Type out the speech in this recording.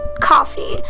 coffee